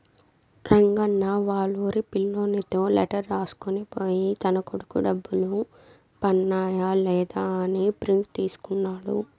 రంగన్న వాళ్లూరి పిల్లోనితో లెటర్ రాసుకొని పోయి తన కొడుకు డబ్బులు పన్నాయ లేదా అని ప్రింట్ తీసుకున్నాడు